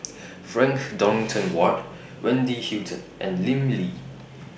Frank Dorrington Ward Wendy Hutton and Lim Lee